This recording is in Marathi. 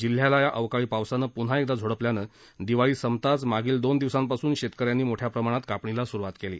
जिल्ह्याला या अवकाळी पावसान पुन्हा एकदा झोडपल्यान दिवाळी सप्ताच मागील दोन दिवसाप्तासून शप्तकऱ्याद्वी मोठ्या प्रमाणात कापणीला सुरवात क्ली